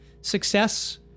success